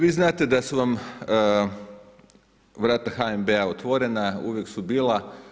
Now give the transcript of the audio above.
Vi znate da su vam vrata HNB otvorena, uvijek su bila.